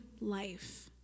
life